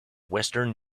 western